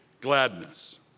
gladness